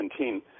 2017